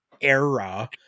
era